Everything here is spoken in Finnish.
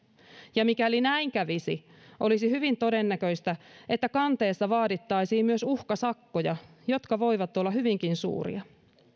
ja mikäli näin kävisi olisi hyvin todennäköistä että kanteessa vaadittaisiin myös uhkasakkoja jotka voivat olla hyvinkin suuria